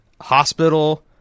hospital